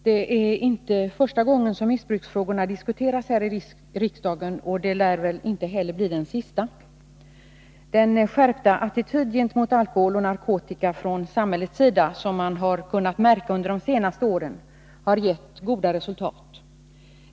Herr talman! Detta är inte första gången som missbruksfrågorna diskuteras här i riksdagen — och det lär väl inte heller bli den sista. Den skärpta attityd från samhällets sida gentemot alkohol och narkotika som man har kunnat märka under de senaste åren har gett goda resultat.